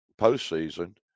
postseason